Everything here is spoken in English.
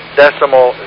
decimal